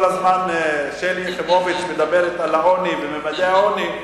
כל הזמן מדברת על העוני וממדי העוני,